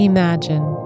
Imagine